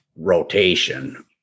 rotation